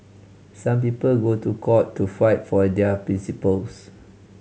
some people go to court to fight for their principles